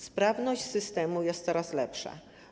Sprawność systemu jest coraz lepsza.